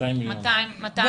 200 מיליון שקלים.